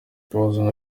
ibibazo